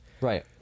right